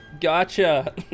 gotcha